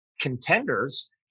contenders